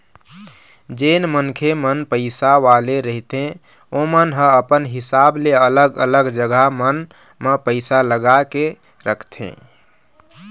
जेन मनखे मन पइसा वाले रहिथे ओमन ह अपन हिसाब ले अलग अलग जघा मन म पइसा लगा के रखथे